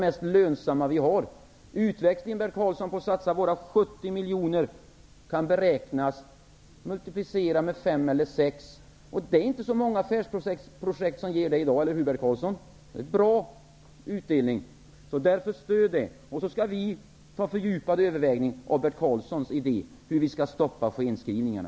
Skatteförvaltningen är något av det mest lönsamma vi har. miljoner kan beräknas om man multiplicerar med fem eller sex. Det är inte så många affärsprojekt som ger det i dag, eller hur Bert Karlsson? Det är en bra utdelning. Stöd det! Vi skall göra en fördjupad övervägning av Bert Karlssons idé om hur vi skall stoppa skenskrivningarna.